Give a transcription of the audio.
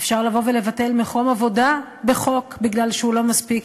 אפשר לבוא ולבטל בחוק מקום עבודה בגלל שהוא לא מספיק